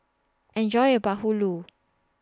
Enjoy your Bahulu